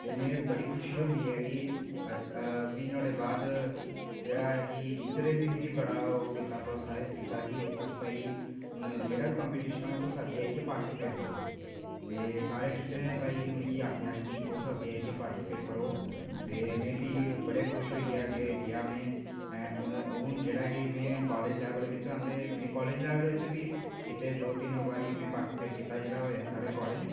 ते मिगी बड़ा खुशी होंदी ऐ कि ते फ्ही में नोहाड़े बाद जेह्ड़े टीचरें बी मिगी बड़ा प्रोतस्हित कीता कि तुस हून जेह्ड़ा बा कंपिटीशन होई तुस अग्गैं आईयै पार्टीसिपेट करो ते सारें टीचरें मिगी आक्खेआ कि तुस अग्गैं आईयै पार्टिसिपेट करो ते फ्ही में बड़े खुश होइयै अग्गैं गेआ में ते हून में कालेज लैवल च हां ते कालेज च बी कीते में पार्टिसीपेट कीते में कालेज